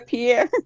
Pierre